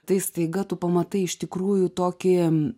tai staiga tu pamatai iš tikrųjų tokim